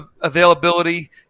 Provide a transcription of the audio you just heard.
availability